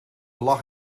lag